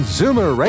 Zoomer